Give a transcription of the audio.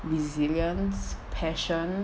resilience passion